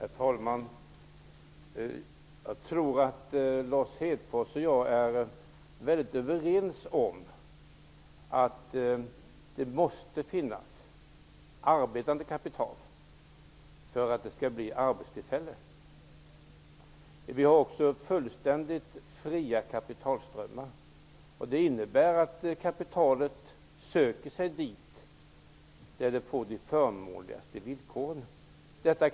Herr talman! Jag tror att Lars Hedfors och jag är väldigt överens om att det måste finnas arbetande kapital för att skapa arbetstillfällen. Det finns också fullständigt fria kapitalströmmar. Det innebär att kapitalet söker sig dit där de förmånligaste villkoren finns.